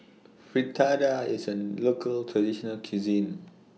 Fritada IS A Local Traditional Cuisine